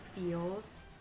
feels